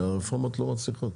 שהרפורמות לא מצליחות.